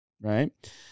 right